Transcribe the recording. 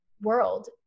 world